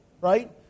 right